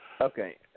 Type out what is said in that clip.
Okay